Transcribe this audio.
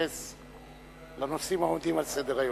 להתייחס לנושאים העומדים על סדר-היום.